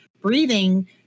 Breathing